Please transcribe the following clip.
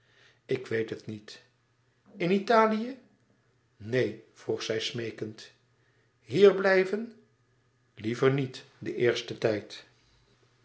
ik weet het niet in italië neen vroeg zij smeekend hier blijven liever niet den eersten tijd